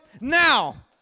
Now